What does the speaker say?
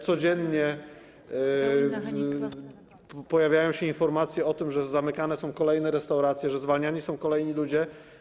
Codziennie pojawiają się informacje o tym, że zamykane są kolejne restauracje, że zwalniani są kolejni ludzie.